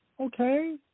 Okay